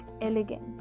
elegant